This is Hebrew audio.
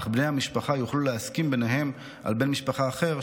אך בני המשפחה יוכלו להסכים ביניהם על בן משפחה אחר,